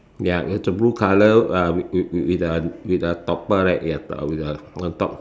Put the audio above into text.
ya it's a blue colour uh with with a with a topper right ya with a on top